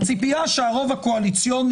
כשאנחנו מביאים חוק כזה,